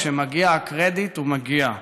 כשמגיע הקרדיט הוא מגיע",